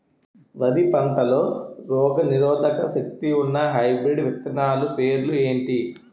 వరి పంటలో రోగనిరోదక శక్తి ఉన్న హైబ్రిడ్ విత్తనాలు పేర్లు ఏంటి?